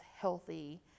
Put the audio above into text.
healthy